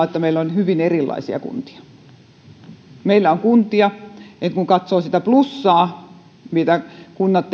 että meillä on myöskin hyvin erilaisia kuntia kun katsoo sitä plussaa mitä kunnat